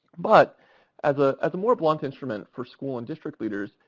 but as ah as a more blunt instrument for school and district leaders,